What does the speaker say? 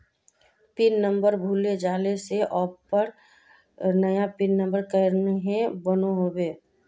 Pin number भूले जाले से ऑफर नया पिन कन्हे बनो होबे?